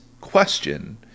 question